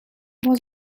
was